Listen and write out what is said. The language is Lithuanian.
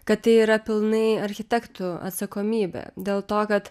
kad tai yra pilnai architektų atsakomybė dėl to kad